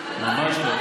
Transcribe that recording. ממש לא.